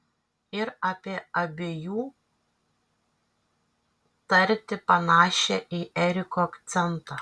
ir apie abiejų tartį panašią į eriko akcentą